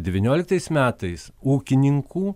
devynioliktais metais ūkininkų